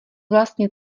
vlastně